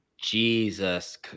Jesus